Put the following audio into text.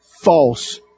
false